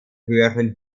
höheren